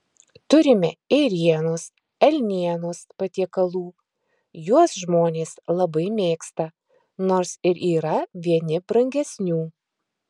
turime ėrienos elnienos patiekalų juos žmonės labai mėgsta nors ir yra vieni brangesnių